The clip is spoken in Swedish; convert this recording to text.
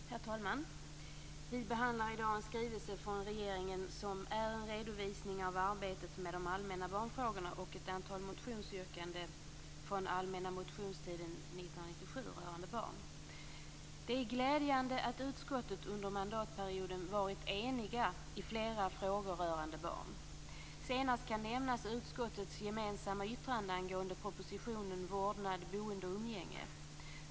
Herr talman! Vi behandlar i dag en skrivelse från regeringen som utgör en redovisning av arbetet med de allmänna barnfrågorna och ett antal motionsyrkanden från allmänna motionstiden 1997 rörande barn. Det är glädjande att man i utskottet under mandatperioden varit enig i flera frågor rörande barn. Senast kan nämnas utskottets gemensamma yttrande angående propositionen Vårdnad, boende och umgänge.